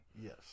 Yes